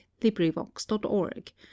LibriVox.org